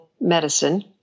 Medicine